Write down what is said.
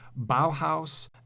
Bauhaus